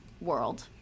World